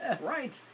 Right